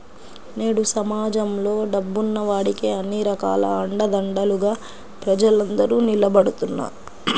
నేడు సమాజంలో డబ్బున్న వాడికే అన్ని రకాల అండదండలుగా ప్రజలందరూ నిలబడుతున్నారు